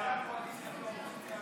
והבנייה (תיקון מס' 128 והוראת שעה),